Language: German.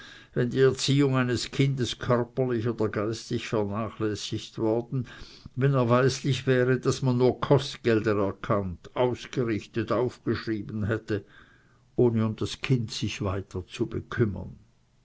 wenn die erziehung eines kindes körperlich oder geistig vernachlässigt worden wenn erweislich wäre daß man nur kostgelder erkennt ausgerichtet aufgeschrieben hätte ohne um das kind sich weiter zu bekümmern